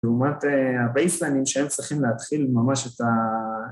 לעומת הבייסלנים שהם צריכים להתחיל ממש את ה...